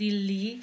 Delhi